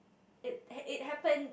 it it happen